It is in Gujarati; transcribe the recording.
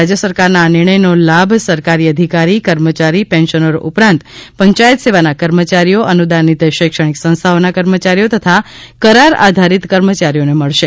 રાજ્ય સરકારના આ નિર્ણયનો લાભ સરકારી અધિકારી કર્મચારી પેન્શનરો ઉપરાંત પંચાયત સેવાના કર્મચારીઓ અનુદાનિત શૈક્ષણિક સંસ્થાઓના કર્મચારીઓ તથા કરાર આધારિત કર્મચારીઓને મળશે